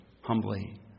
humbly